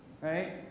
Right